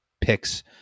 picks